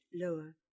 lower